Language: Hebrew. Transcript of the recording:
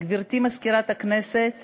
נזקקים ועניים לעבודה,